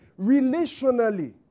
relationally